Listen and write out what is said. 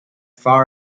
far